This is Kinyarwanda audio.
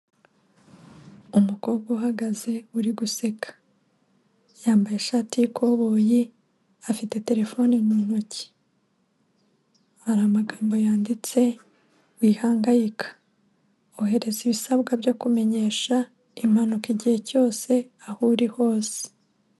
Umukobwa uhagaze uri guseka yambaye ishati yikoboyi afite terefone mu ntoki hari amagambo yanditse "Wihangayika ohereza ibisabwa byo kumenyesha impanuka igihe cyose aho uri hose".